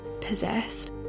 possessed